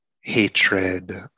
hatred